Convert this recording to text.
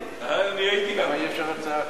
היושב-ראש מחליט.